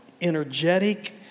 energetic